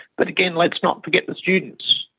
but again, let's not forget the students.